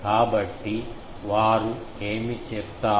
కాబట్టి వారు ఏమి చేస్తారు